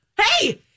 Hey